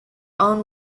own